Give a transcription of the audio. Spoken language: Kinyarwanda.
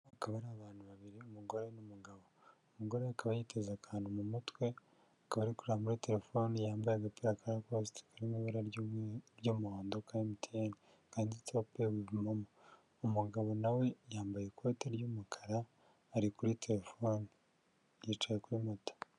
Akaba ari abantu babiri, umugore, n'umugabo, umugore akaba yiteze akantu mu mutwe, akaba ari kureba muri telefoni, yambaye agapira ya rakosite, karimo ibara ry'umuhondo, ka emutiyeni, kanditseho ''pay with momo'', umugabo nawe yambaye ikote ry'umukara, ari kuri telefone, yicaye kuri moto.